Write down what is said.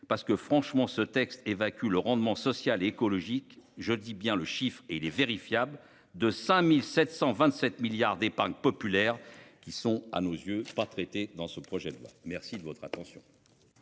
parce que franchement ce texte évacue le rendement social et écologique, je dis bien le chiffre et et vérifiable de 5727 milliards d'épargne populaire. Qui sont à nos yeux pas traiter dans ce projet de loi. Merci de votre attention.